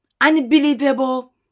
unbelievable